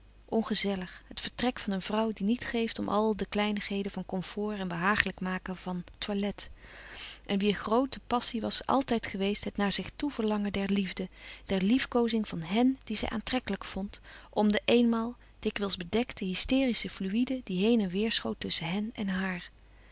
ongezellig het vertrek van een vrouw die niet geeft om al de kleinigheden van comfort en behagelijk maken van toilet en wier groote passie was altijd geweest het naar zich toe verlangen der liefde der liefkoozing van hèn die zij aantrekkelijk vond om de eenmaal dikwijls bedekte hysterische fluïde die heen en weêr schoot tusschen hen en haar